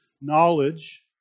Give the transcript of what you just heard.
knowledge